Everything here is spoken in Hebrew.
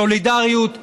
סולידריות בדיוק,